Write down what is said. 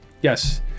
yes